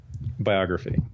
biography